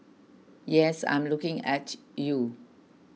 yes I'm looking at you